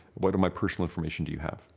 what of my personal information do you have?